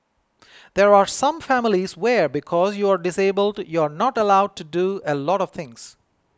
there are some families where because you're disabled you are not allowed to do a lot of things